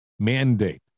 mandate